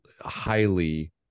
highly